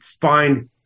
find